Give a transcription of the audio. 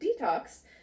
detox